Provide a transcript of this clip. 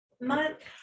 month